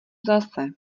zase